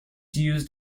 used